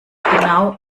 genau